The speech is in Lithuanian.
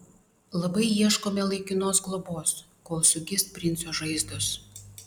labai ieškome laikinos globos kol sugis princo žaizdos